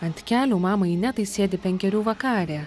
ant kelių mamai inetai sėdi penkerių vakarė